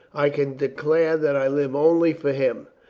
i can declare that i live only for him.